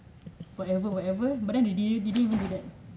whatever whatever but they didn't even do that